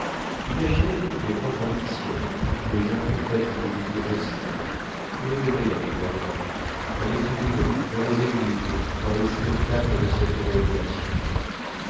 imaginez toutes les contradictions toutes les incompatibilités possibles vous les verrez dans le gouvernement dans les tribunaux dans les églises dans les spectacles de cette drôle de nation